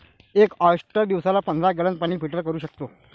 एक ऑयस्टर दिवसाला पंधरा गॅलन पाणी फिल्टर करू शकतो